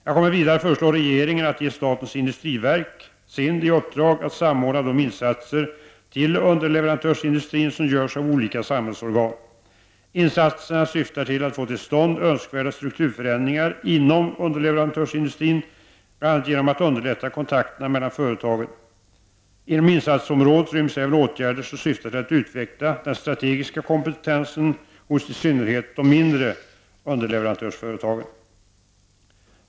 Jag kommer vidare att föreslå regeringen att ge statens industriverk, SIND, i uppdrag att samordna de insatser till underleverantörsindustrin som görs av olika samhällsorgan. Insatserna syftar till att få till stånd önskvärda strukturförändringar inom underleverantörsindustrin, bl.a. genom att underlätta kontakterna mellan företagen. Inom insatsområdet ryms även åtgärder som syftar till att utveckla den strategiska kompetensen hos i synnerhet de mindre underleverantörsföretagen.